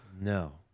No